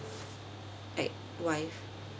like wife